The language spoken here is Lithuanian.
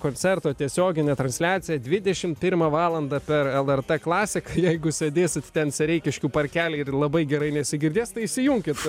koncerto tiesioginė transliacija dvidešimt pirmą valandą per lrt klasiką jeigu sėdėsit ten sereikiškių parkely ir labai gerai nesigirdės tai įsijunkit